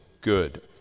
good